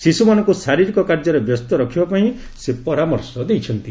ଶିଶୁମାନଙ୍କୁ ଶାରୀରିକ କାର୍ଯ୍ୟରେ ବ୍ୟସ୍ତ ରଖିବା ପାଇଁ ସେ ପରାମର୍ଶ ଦେଇଛନ୍ତି